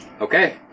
Okay